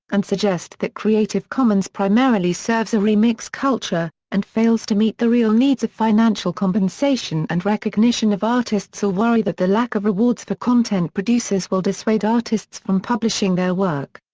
and suggest that creative commons primarily serves a remix culture and fails to meet the real needs of financial compensation and recognition of artists or worry that the lack of rewards for content producers will dissuade artists from publishing their work.